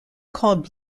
called